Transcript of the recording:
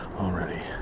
already